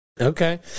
Okay